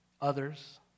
others